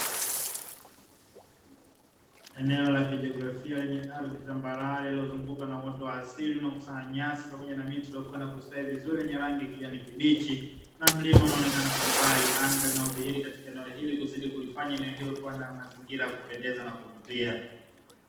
Eneo la kijiografia lenye ardhi tambarare lililozungukwa na uoto wa asili unaokusanya nyasi pamoja na miti iliyokuwa na kustawi vizuri, yenye rangi ya kijani kibichi na mlima unaonekana kwa mbali, anga inayodhihiri katika eneo hili kuzidi kulifanya eneo hilo kuwa na mazingira ya kupendeza na kuvutia.